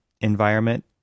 environment